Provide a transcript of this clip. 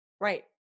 Right